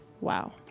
Wow